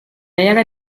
era